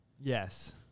Yes